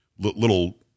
little